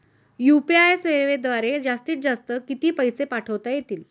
UPI सेवेद्वारे जास्तीत जास्त किती पैसे पाठवता येतील?